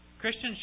Christians